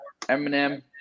Eminem